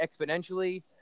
exponentially